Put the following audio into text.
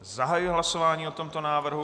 Zahajuji hlasování o tomto návrhu.